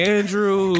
Andrew